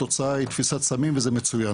התוצאה היא תפיסת סמים וזה מצוין,